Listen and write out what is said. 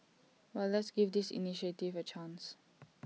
but let's give this initiative A chance